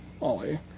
Ollie